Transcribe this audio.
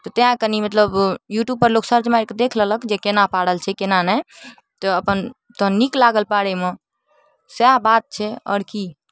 तऽ तेँ कनि मतलब यूट्यूबपर लोक सर्च मारिकऽ देख लेलक जे कोना पाड़ल छै कोना नहि तऽ अपन तहन नीक लागल पाड़ैमे सएह बात छै आओर कि